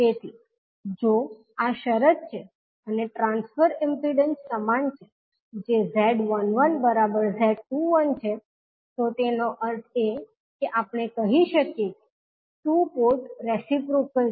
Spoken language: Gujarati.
તેથી જો આ શરત છે અને ટ્રાન્સફર ઈમ્પીડંસ સમાન છે જે 𝐳12 𝐳21 છે તો તેનો અર્થ એ કે આપણે કહી શકીએ કે ટુ પોર્ટ રેસીપ્રોકલ reciprocal